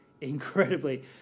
incredibly